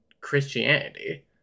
Christianity